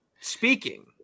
speaking